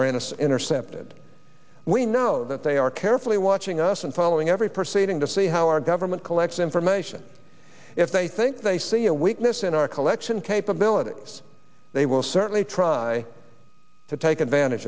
innocent intercepted we know that they are carefully watching us and following every proceeding to see how our government collects information if they think they see a weakness in our collection capabilities they will certainly try to take advantage